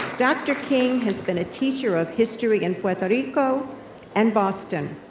dr. king has been a teacher of history in puerto rico and boston,